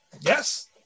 Yes